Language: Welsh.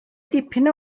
dipyn